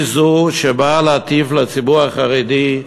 היא זו שבאה להטיף לציבור החרדי,